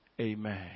Amen